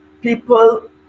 people